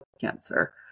cancer